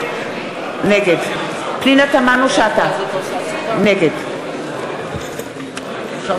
נגד פנינה תמנו-שטה, נגד נא